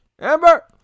Amber